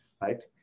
Right